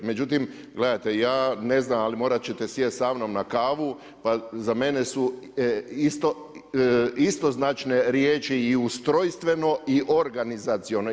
Međutim, gledajte, ja ne znam ali morati ćete sjesti samnom na kavu, za mene su istoznačne riječi i ustrojstveno i organizaciono.